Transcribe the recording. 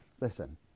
Listen